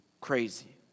crazy